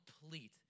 complete